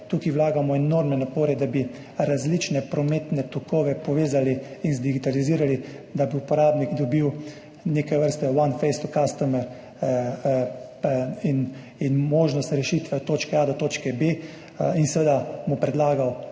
Tukaj vlagamo enormne napore, da bi različne prometne tokove povezali in digitalizirali, da bi uporabnik dobil neke vrste one-face-to-the-customer in možnost rešitve od točke A do točke B. Seveda bi mu predlagal